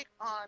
on